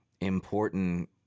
important